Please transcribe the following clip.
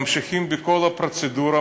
ממשיכים בכל הפרוצדורה,